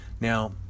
Now